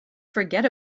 forget